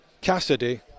Cassidy